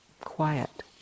quiet